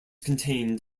contained